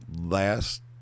last